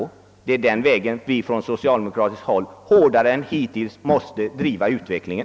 Det är på den vägen vi från socialdemokratiskt håll hårdare än hittills måste driva utvecklingen.